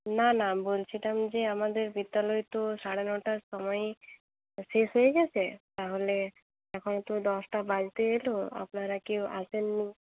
না না বলছিলাম যে আমাদের বিদ্যালয় তো সাড়ে নটার সময়ই শেষ হয়ে গিয়েছে তাহলে এখন তো দশটা বাজতে এলো আপনারা কেউ আসেননি